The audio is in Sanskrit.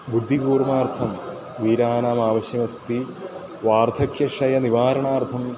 बुद्धिपूर्मार्थं वीरानाम् आवश्यमस्ति वार्धक्यक्षयनिवारणार्थं